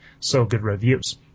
sogoodreviews